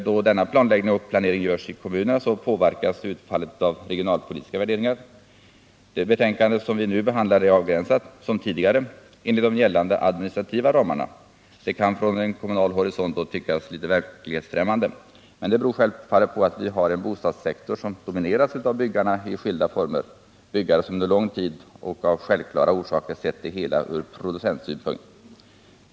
Då denna planläggning och planering görs i kommunerna påverkas utfallet av regionalpolitiska värderingar. Det betänkande som vi nu behandlar är, liksom tidigare betänkanden i samma ärende, avgränsat enligt de gällande administrativa ramarna. Det kan från kommunal horisont ofta tyckas vara litet verklighetsfrämmande. Det beror självfallet på att vi har en bostadssektor som domineras av byggarna i skilda former — byggare som av självklara orsaker under lång tid sett det hela ur producentsynpunkt.